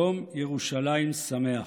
יום ירושלים שמח.